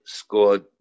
scored